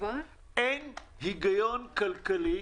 אין היגיון כלכלי.